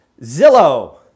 Zillow